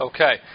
Okay